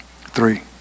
three